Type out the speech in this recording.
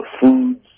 foods